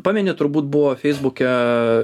pameni turbūt buvo feisbuke